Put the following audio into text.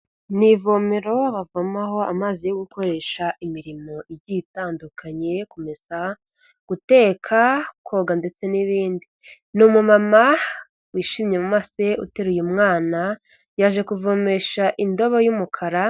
Ni ivomero bavomaho amazi yo gukoresha imirimo igiye itandukanye kumesa guteka koga ndetse n'ibindi ni umumama wishimye mu maso uteruye mwana yaje kuvomesha indobo y'umukara.